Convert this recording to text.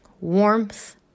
warmth